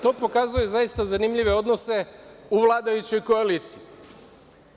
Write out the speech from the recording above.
To pokazuje zaista zanimljive odnose u vladajućoj koaliciji.